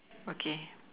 okay